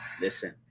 Listen